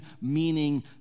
meaning